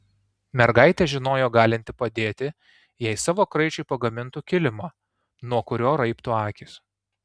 mergaitė žinojo galinti padėti jei savo kraičiui pagamintų kilimą nuo kurio raibtų akys